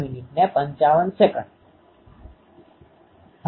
ખરેખર આ ડાયપોલને બદલે ગમે તે વાયર એન્ટેના માટે સાચું છે